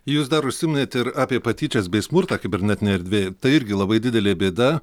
jūs dar užsiminėt ir apie patyčias bei smurtą kibernetinėj erdvėj tai irgi labai didelė bėda